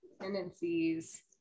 tendencies